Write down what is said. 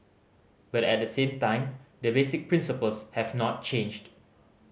but at the same time the basic principles have not changed